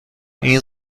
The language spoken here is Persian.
این